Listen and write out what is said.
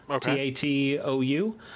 T-A-T-O-U